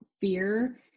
fear